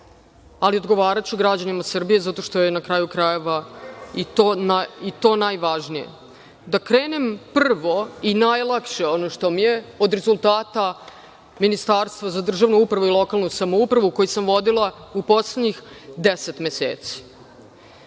ali odgovaraću građanima Srbije zato što je, na kraju krajeva, to najvažnije. Da krenem prvo od onog što mi je najlakše, od rezultata Ministarstva za državnu upravu i lokalnu samoupravu koje sam vodila u poslednjih deset meseci.